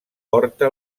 porta